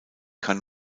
kann